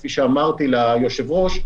כפי שאמרתי ליושב-ראש,